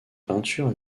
peintures